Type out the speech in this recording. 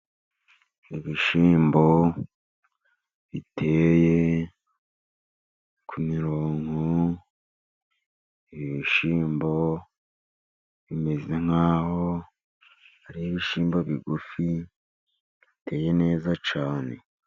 Ibishyimbo biteye ku mirongo, ibishyimbo bimeze nk'aho ari ibishyimbo bigufi, biteye neza cyane.